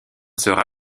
sera